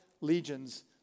legions